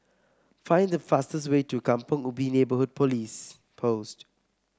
find the fastest way to Kampong Ubi Neighbourhood Police Post